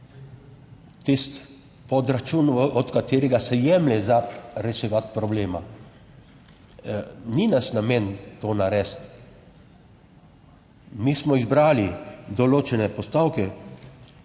tisti podračun, od katerega se jemlje za reševati problema. Ni naš namen to narediti. Mi smo izbrali določene postavke